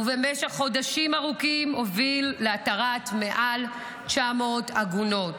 ובמשך חודשים ארוכים הוביל להתרת מעל 900 עגונות.